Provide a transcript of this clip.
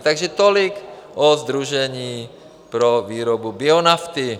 Takže toliko Sdružení pro výrobu bionafty.